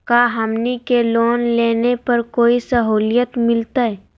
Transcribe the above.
का हमनी के लोन लेने पर कोई साहुलियत मिलतइ?